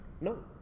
No